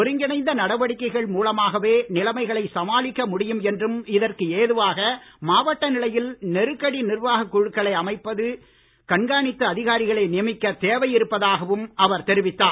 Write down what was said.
ஒருங்கிணைந்த நடவடிக்கைகள் மூலமாகவே நிலமைகளை சமாளிக்க முடியும் என்றும் இதற்கு ஏதுவாக மாவட்ட நிலையில் நெருக்கடி நிர்வாக குழுக்களை அமைத்து கண்காணிப்பு அதிகாரிகளை நியமிக்க தேவை இருப்பதாகவும் அவர் தெரிவித்தார்